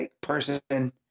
person